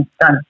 done